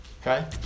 Okay